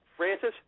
Francis